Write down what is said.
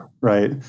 Right